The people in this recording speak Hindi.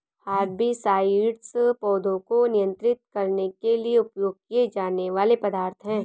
हर्बिसाइड्स पौधों को नियंत्रित करने के लिए उपयोग किए जाने वाले पदार्थ हैं